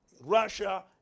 Russia